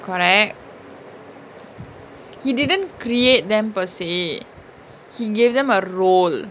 correct he didn't create them per se he gave them a role